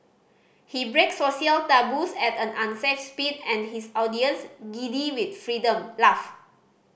he breaks social taboos at an unsafe speed and his audience giddy with freedom laugh